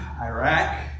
Iraq